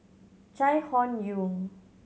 Chai Hon Yoong